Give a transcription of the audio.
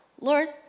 Lord